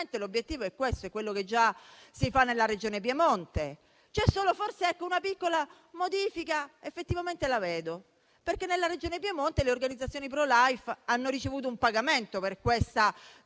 l'obiettivo è questo, ed è ciò che già si fa nella Regione Piemonte. Forse una piccola modifica effettivamente la vedo, perché nella Regione Piemonte le organizzazioni *pro-life* hanno ricevuto un pagamento per la tortura